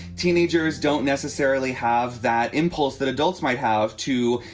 teenagers don't necessarily have that impulse that adults might have to,